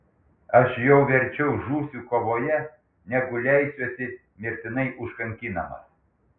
aš jau verčiau žūsiu kovoje negu leisiuosi mirtinai užkankinamas